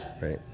Right